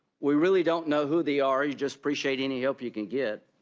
we really don't know who they are, you just appreciate any help you can get.